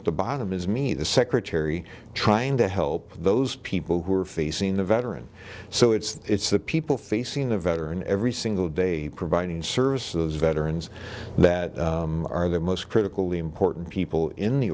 at the bottom is me the secretary trying to help those people who are facing the veteran so it's the people facing the veteran every single day providing services veterans that are the most critically important people in the